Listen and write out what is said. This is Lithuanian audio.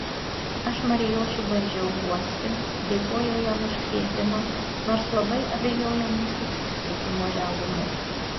aš marijošių bandžiau guosti dėkojau jam už kvietimą nors labai abejojau mūsų susitikimo realumu